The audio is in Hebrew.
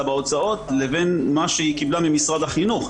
בהוצאות לבין מה שהיא קיבלה ממשרד החינוך.